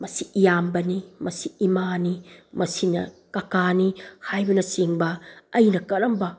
ꯃꯁꯤ ꯏꯌꯥꯝꯕꯅꯤ ꯃꯁꯤ ꯏꯃꯥꯅꯤ ꯃꯁꯤꯅ ꯀꯀꯥꯅꯤ ꯍꯥꯏꯕꯅ ꯆꯤꯡꯕ ꯑꯩꯅ ꯀꯔꯝꯕ